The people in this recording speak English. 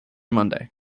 monday